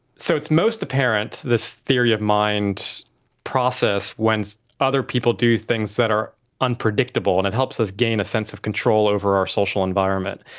so it's most apparent, this theory of mind process, when other people do things that are unpredictable, and it helps us gain a sense of control over our social environment.